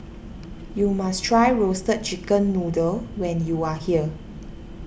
you must try Roasted Chicken Noodle when you are here